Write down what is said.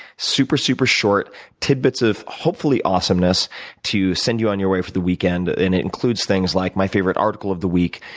super, super short tidbits of hopefully awesomeness to send you on your way for the weekend. it includes things like my favorite article of the week,